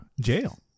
Jail